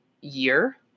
year